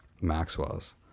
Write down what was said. Maxwell's